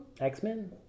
X-Men